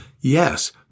yes